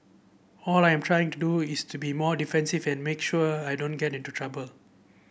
all I'm trying to do is to be more defensive and make sure I don't get into trouble